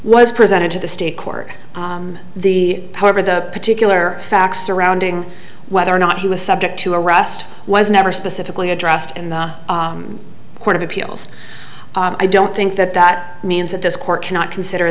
was presented to the state court the however the particular facts surrounding whether or not he was subject to arrest was never specifically addressed in the court of appeals i don't think that that means that this court cannot consider